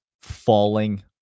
falling